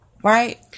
Right